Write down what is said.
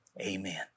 Amen